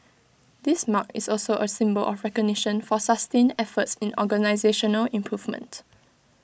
this mark is also A symbol of recognition for sustained efforts in organisational improvement